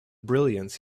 brilliance